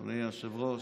אדוני היושב-ראש,